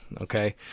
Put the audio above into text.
Okay